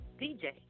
DJ